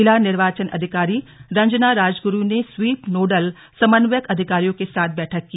जिला निर्वाचन अधिकारी रंजना राजगुरू ने स्वीप नोडल समन्वयक अधिकारियों के साथ बैठक की